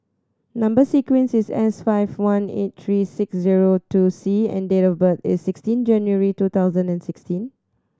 number sequence is S five one eight three six zero two C and date of birth is sixteen January two thousand and sixteen